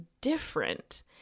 different